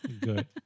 good